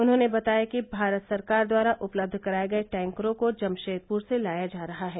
उन्होंने बताया कि भारत सरकार द्वारा उपलब्ध कराये गये टैंकरों को जमशेदपुर से लाया जा रहा है